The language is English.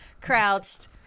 crouched